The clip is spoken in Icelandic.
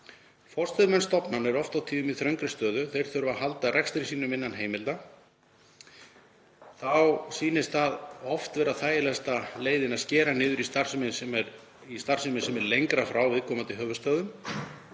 Forstöðumenn stofnana eru oft og tíðum í þröngri stöðu. Þeir þurfa að halda rekstri sínum innan heimilda. Þá sýnist það oft vera þægilegasta leiðin að skera niður í starfsemi sem er lengra frá viðkomandi höfuðstöðvum.